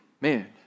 man